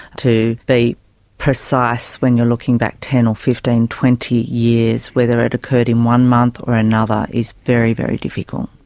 to be precise when you are looking back ten or fifteen, twenty years, whether it occurred in one month or another is very, very difficult.